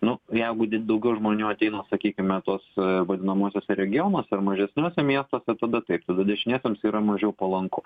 nu jeigu daugiau žmonių ateina sakykime tos vadinamosiuose regionuose ar mažesniuose miestuose tada taip tada dešiniesiems yra mažiau palanku